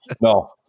No